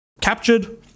captured